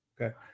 Okay